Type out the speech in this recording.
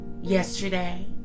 Yesterday